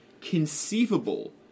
conceivable